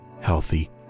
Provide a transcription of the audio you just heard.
healthy